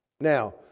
Now